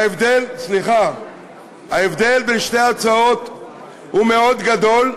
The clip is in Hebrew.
ההבדל בין שתי ההצעות הוא מאוד גדול,